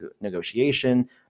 negotiation